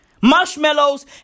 Marshmallows